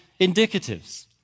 indicatives